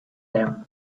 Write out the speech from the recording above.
them